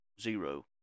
Zero